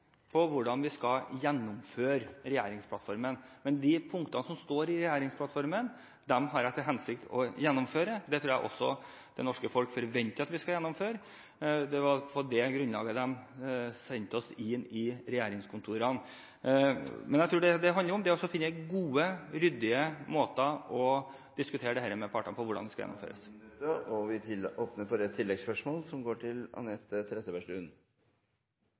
gjennomføre regjeringsplattformen. De punktene som står i regjeringsplattformen, har jeg til hensikt å gjennomføre. Dette tror jeg også det norske folk forventer at vi skal gjennomføre – det var på det grunnlaget de sendte oss inn i regjeringskontorene. Jeg tror det handler om å finne gode, ryddige måter å diskutere med partene på om hvordan det skal gjennomføres. Det åpnes for ett oppfølgingsspørsmål – Anette Trettebergstuen, vær så god. I revidert statsbudsjett, som